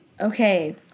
Okay